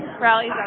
rallies